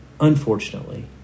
unfortunately